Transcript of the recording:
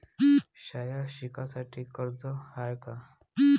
शाळा शिकासाठी कर्ज हाय का?